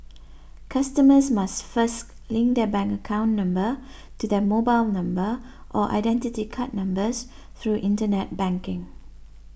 customers must first link their bank account number to their mobile number or Identity Card numbers through Internet banking